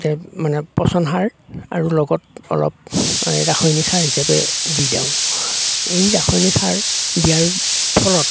যে মানে পচন সাৰ আৰু লগত অলপ ৰাসায়নিক সাৰ হিচাপে দি দিওঁ এই ৰাসায়নিক সাৰ দিয়াৰ ফলত